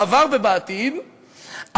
בעבר ובעתיד,